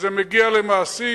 כשזה מגיע למעשים